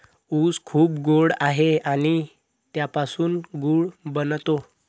ऊस खूप गोड आहे आणि त्यापासून गूळ बनतो